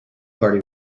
party